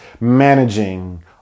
managing